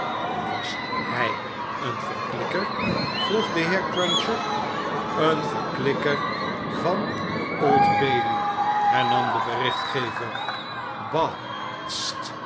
was hy een verklikker vroeg de heer cruncher een verklikker van de old bailey hernam de berichtgever bah